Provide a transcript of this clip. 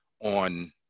on